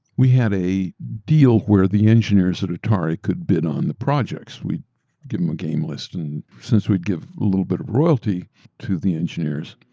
we had a deal where the engineers at atari could bid on the projects. we gave him a game list. and since we'd give a little bit of royalty to the engineers,